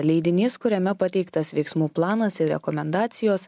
leidinys kuriame pateiktas veiksmų planas ir rekomendacijos